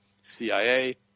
CIA